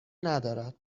ندارد